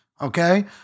Okay